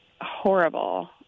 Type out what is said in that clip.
horrible